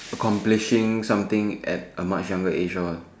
accomplishing something at a much younger age